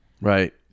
Right